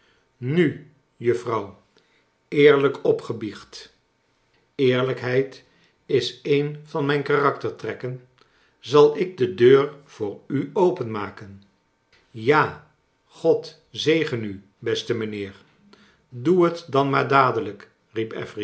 nu juffrouw eerlijk opgebiecht eerlijkheid is een van mijn karaktertrekken zal ik de deur voor u openmaken ja god zegen u beste mijnheer i oe het dan maar dadelijk